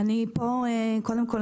קודם כל,